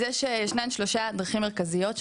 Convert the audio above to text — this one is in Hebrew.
אז יש שניים-שלושה דרכים מרכזיות,